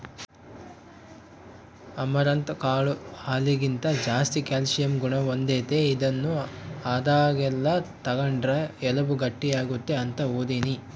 amaranth ಕಾಳು ಹಾಲಿಗಿಂತ ಜಾಸ್ತಿ ಕ್ಯಾಲ್ಸಿಯಂ ಗುಣ ಹೊಂದೆತೆ, ಇದನ್ನು ಆದಾಗೆಲ್ಲ ತಗಂಡ್ರ ಎಲುಬು ಗಟ್ಟಿಯಾಗ್ತತೆ ಅಂತ ಓದೀನಿ